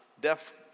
deaf